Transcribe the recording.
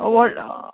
व्हडलो